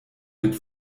mit